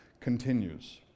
continues